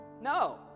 No